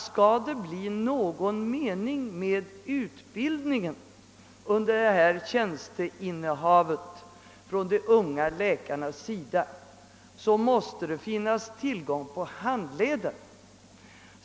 Skall det bli någon mening med utbildningen i samband med denna tjänstgöring av de unga läkarna, måste det finnas tillgång till handledare.